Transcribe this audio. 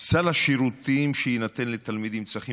"סל השירותים שיינתן לתלמיד עם צרכים